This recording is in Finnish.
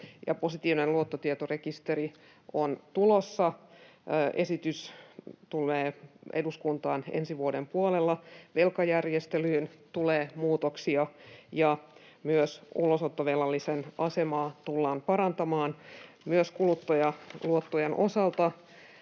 positiivinen luottotietorekisteri on tulossa — esitys tulee eduskuntaan ensi vuoden puolella. Velkajärjestelyyn tulee muutoksia, ja myös ulosottovelallisen asemaa tullaan parantamaan. Myös kuluttajaluottojen osalta,